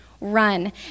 run